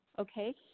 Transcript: Okay